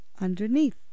underneath